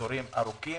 ארוכים